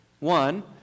One